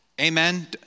amen